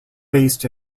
based